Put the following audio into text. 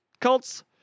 cults